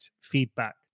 feedback